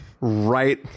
right